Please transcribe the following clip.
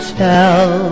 tell